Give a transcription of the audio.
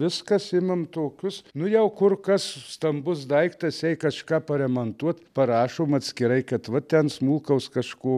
viskas imame tokius nu jau kur kas stambus daiktas jei kažką paremontuot parašom atskirai kad va ten smulkaus kažko